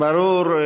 ברור.